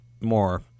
more